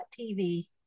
TV